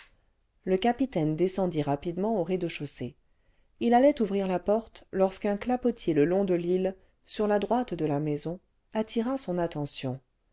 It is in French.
le capitaine descendit rapidement au rez-de-chaussée il allait ouvrir le vingtième siècle la porte lorsqu'un clapotis le long de l'île sur la droite de la maison attira son attention